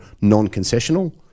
non-concessional